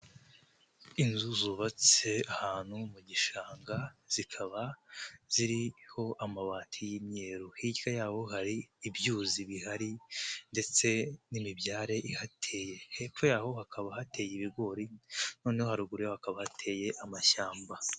Inzu zubatse ahantu mu gishanga, zikaba ziriho amabati y'imyeru, hirya yabo hari ibyuzi bihari ndetse n'imibyare ihateye, hepfo yaho hakaba hateye ibigori, noneho haruguru yaho hakaba hateye amashyamba.